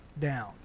down